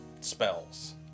spells